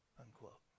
Unquote